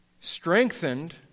strengthened